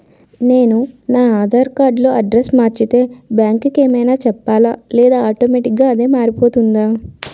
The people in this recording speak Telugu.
నేను నా ఆధార్ కార్డ్ లో అడ్రెస్స్ మార్చితే బ్యాంక్ కి ఏమైనా చెప్పాలా లేదా ఆటోమేటిక్గా అదే మారిపోతుందా?